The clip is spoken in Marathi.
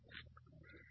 dn d1d0